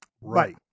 Right